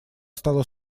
стала